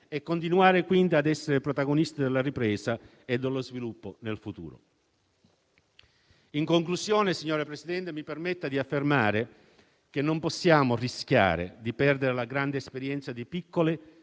e continuare quindi a essere protagonisti della ripresa e dello sviluppo nel futuro. In conclusione, signora Presidente, mi permetta di affermare che non possiamo rischiare di perdere la grande esperienza di piccole,